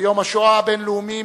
ביום השואה הבין-לאומי,